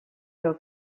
your